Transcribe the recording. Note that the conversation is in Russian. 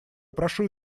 прошу